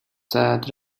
traps